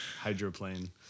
Hydroplane